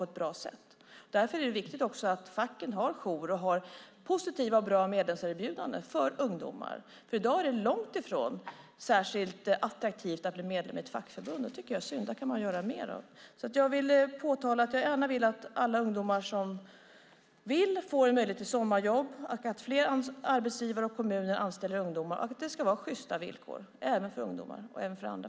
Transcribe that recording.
Det är också viktigt att facken har jour och bra medlemserbjudanden för ungdomar. I dag är det långt ifrån attraktivt att bli medlem i ett fackförbund, vilket är synd. Där kan man göra mer. Jag vill att alla ungdomar som så önskar ska få sommarjobb, att fler företag och kommuner anställer ungdomar och att det ska vara sjysta villkor för såväl ungdomar som andra.